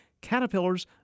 Caterpillars